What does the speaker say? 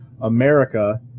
America